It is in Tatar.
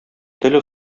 тел